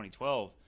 2012